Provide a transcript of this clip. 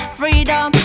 freedom